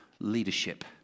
leadership